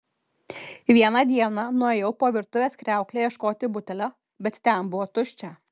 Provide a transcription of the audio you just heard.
vieną dieną nuėjau po virtuvės kriaukle ieškoti butelio bet ten buvo tuščia